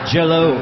Jello